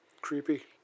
Creepy